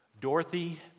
Dorothy